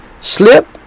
Slip